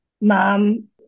mom